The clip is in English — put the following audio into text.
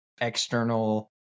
external